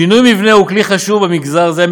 שינוי מבנה הוא כלי חשוב במגזר זה,